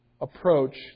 approach